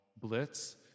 blitz